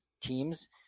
teams